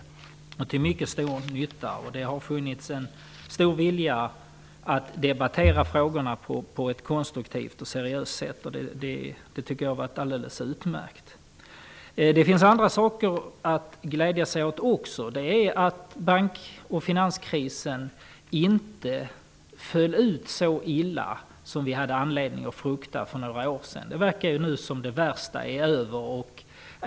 De har varit till mycket stor nytta, och det har funnits en mycket stor vilja att debattera frågorna på ett konstruktivt och seriöst sätt. Det har varit alldeles utmärkt. En annan sak att glädja sig åt är att bank och finanskrisen inte föll så illa ut som vi hade anledning att frukta för några år sedan. Det verkar nu som om det värsta är över.